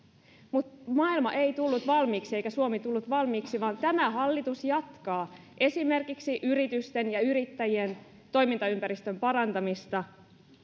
mutta maailma ei tullut valmiiksi eikä suomi tullut valmiiksi vaan tämä hallitus jatkaa esimerkiksi yritysten ja yrittäjien toimintaympäristön parantamista